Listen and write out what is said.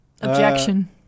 Objection